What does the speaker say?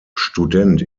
student